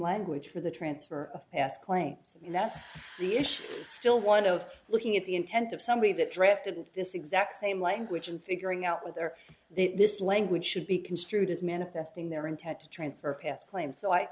language for the transfer of past claims and that's the issue still one of looking at the intent of somebody that drafted this exact same language and figuring out what their this language should be construed as manifesting their intent to transfer pass claim so i